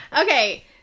Okay